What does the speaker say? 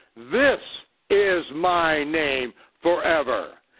this is my name forever.